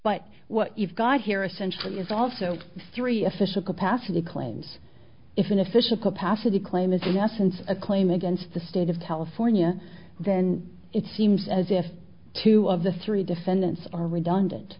but what you've got here essentially is also three official capacity claims if an official capacity claim is in essence a claim against the state of california then it seems as if two of the three defendants are redundant